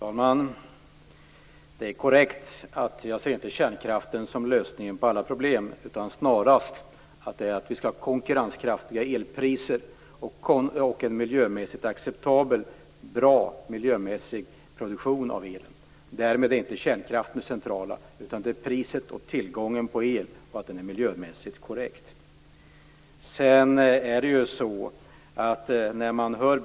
Fru talman! Det är korrekt att jag inte ser kärnkraften som lösningen på alla problem. Snarare handlar det om konkurrenskraftiga elpriser och om en miljömässigt acceptabel och bra produktion av elen. Således är inte kärnkraften det centrala, utan det är priset och tillgången på el liksom det miljömässigt korrekta som gäller.